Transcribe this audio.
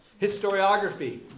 Historiography